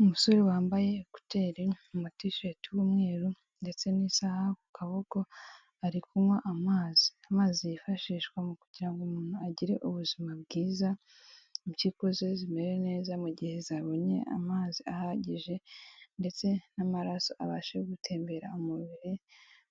Umusore wambaye kuteri na ti sheti y'umweru ndetse n'isaha ku kaboko ari kunywa amazi, amazi yifashishwa mu kugira ngo umuntu agire ubuzima bwiza impyiko ze zimere neza mu gihe zabonye amazi ahagije ndetse n'amaraso abashe gutembera mu umubiri